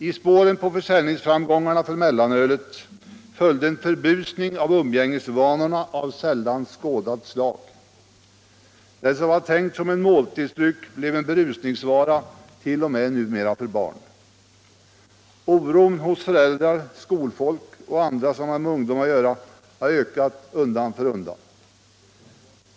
I spåren på försäljningsframgångarna för mellanölet följde en nedbusning av umgängesvanorna av sällan skådat slag. Det som var tänkt som en måltidsdryck blev en berusningsvara, numera t.o.m. för barn. Oron hos föräldrar, skolfolk och andra som har med ungdom att göra har ökat undan för undan.